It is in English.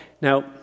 Now